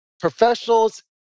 professionals